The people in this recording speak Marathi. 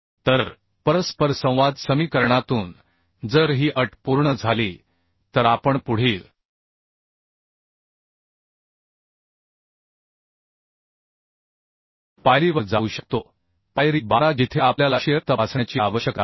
तर इन्टरएक्शन समीकरणातून जर ही अट पूर्ण झाली तर आपण पुढील पायरीवर जाऊ शकतो पायरी 12 जिथे आपल्याला शिअर तपासण्याची आवश्यकता आहे